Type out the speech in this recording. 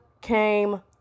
came